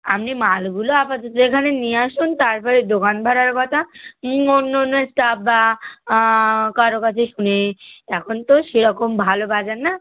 আপনি মালগুলো আপাতত এখানে নিয়ে আসুন তার পরে দোকান ভাড়ার কথা অন্য অন্য স্টাফ বা কারও কাছে শুনে এখন তো সেরকম ভালো বাজার না